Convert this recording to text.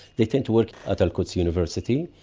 they tend to work at al-quds university.